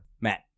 Matt